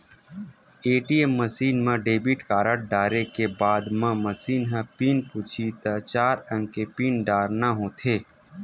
ATM machine म debit card डारे के बाद म मसीन ह पिन पूछही त चार अंक के पिन डारना होथे